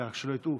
רק שלא יטעו,